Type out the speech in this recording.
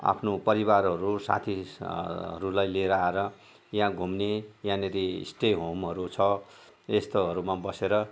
आफ्नो परिवारहरू साथीहरूलाई लिएर आएर यहाँ घुम्ने यहाँनिर स्टेहोमहरू छ यस्तोहरूमा बसेर